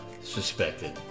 suspected